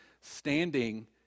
standing